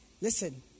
Listen